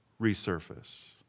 resurface